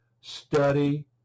study